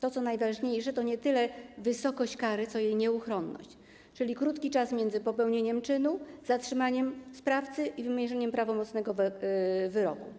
To, co najważniejsze, to nie tyle wysokość kary, ile jej nieuchronność, czyli krótki czas między popełnieniem czynu, zatrzymaniem sprawcy i wymierzeniem prawomocnego wyroku.